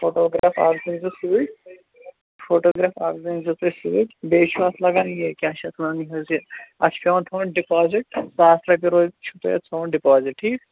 photograph اَکھ زٕ أنزیٚو سۭتۍ فوٹوٗگراف اَکھ زٕ أنزیٚو تُہۍ سۭتۍ بیٚیہِ چھُ اَتھ لگان یہِ کیٛاہ چھِ اَتھ وَنان یہِ حظ یہِ اَتھ چھِ پیٚوان تھاوُن ڈِپازِٹ ساس رۄپیہِ روزِ چھُو تۄہہِ اَتھ تھاوُن ڈِپازِٹ ٹھیٖک